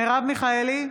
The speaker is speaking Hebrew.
מרב מיכאלי,